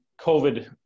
COVID